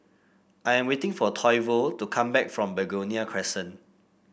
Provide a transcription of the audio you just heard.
I am waiting for Toivo to come back from Begonia Crescent